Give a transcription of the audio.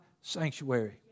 Sanctuary